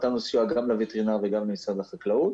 נתנו סיוע גם לווטרינר וגם למשרד החקלאות